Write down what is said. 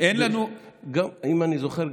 אם אני זוכר,